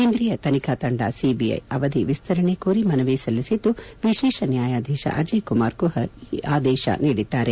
ಕೇಂದ್ರೀಯ ತನಿಖಾ ತಂಡ ಸಿಬಿಐ ಅವಧಿ ವಿಸ್ತರಣೆ ಕೋರಿ ಮನವಿ ಸಲ್ಲಿಸಿದ್ದು ವಿಶೇಷ ನ್ಯಾಯಾಧೀಶ ಅಜಯ್ ಕುಮಾರ್ ಕುಹರ್ ಈ ಆದೇಶ ನೀಡಿದ್ದಾರೆ